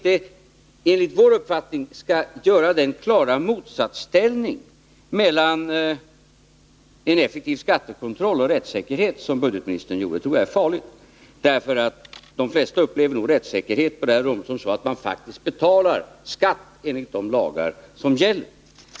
Enligt vår uppfattning skall man inte konstruera en sådan klar motsatsställning mellan en effektiv skattekontroll och rättssäkerhet som budgetministern gjorde. Det tror jag är farligt, därför att de flesta nog upplever rättssäkerheten på det här området bestå i att man faktiskt betalar skatt enligt de lagar som gäller.